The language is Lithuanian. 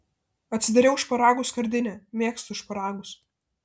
atsidariau šparagų skardinę mėgstu šparagus